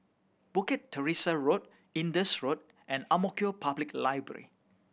Bukit Teresa Road Indus Road and Ang Mo Kio Public Library